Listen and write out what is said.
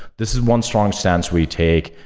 this is one strong sense we take.